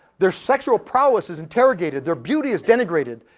their sexual prowess is interrogated, their beauty is denigrated.